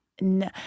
No